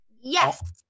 Yes